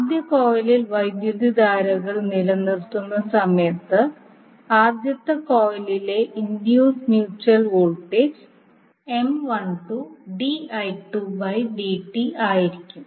ആദ്യ കോയിലിൽ വൈദ്യുതധാരകൾ നിലനിർത്തുന്ന സമയത്ത് ആദ്യത്തെ കോയിലിലെ ഇൻഡ്യൂസ്ഡ് മ്യൂച്വൽ വോൾട്ടേജ് ആയിരിക്കും